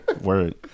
Word